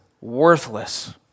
worthless